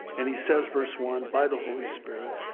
and he says, verse one by the holy spirit,